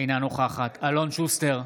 אינה נוכחת אלון שוסטר,